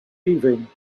leaving